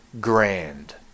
grand